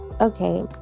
Okay